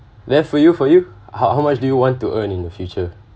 then for you for you how how much do you want to earn in the future